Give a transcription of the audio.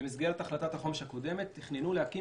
במסגרת החלטת החומש הקודמת תכננו להקים